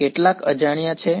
તો કેટલા અજાણ્યા છે